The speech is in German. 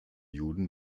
juden